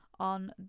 on